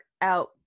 out